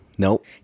Nope